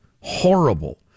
horrible